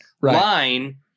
line